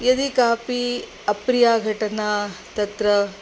यदि कापि अप्रिया घटना तत्र